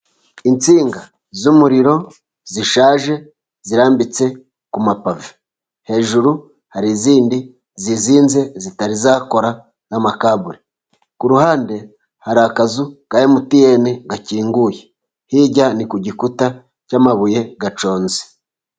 Insinga z'umuriro zishaje zirambitse kumapave hejuru, hari izindi zizinze zitari zakora n'amakabule ku ruhande hari akazu ka emutiyene gakinguye hirya ni ku gikuta cy'amabuye aconze.